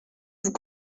vous